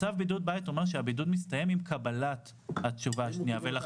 צו בידוד בית אומר שהבידוד מסתיים עם קבלת התשובה השנייה ולכן